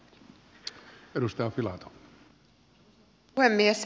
arvoisa puhemies